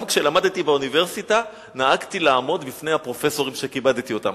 גם כשלמדתי באוניברסיטה נהגתי לעמוד בפני הפרופסורים שכיבדתי אותם.